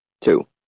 Two